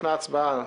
לפני ההצבעה,